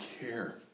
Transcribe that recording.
care